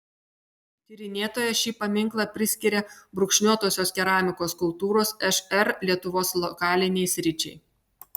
tyrinėtoja šį paminklą priskiria brūkšniuotosios keramikos kultūros šr lietuvos lokalinei sričiai